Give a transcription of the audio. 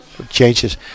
changes